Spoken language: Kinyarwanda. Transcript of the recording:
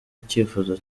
icyifuzo